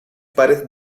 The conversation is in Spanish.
pares